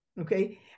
Okay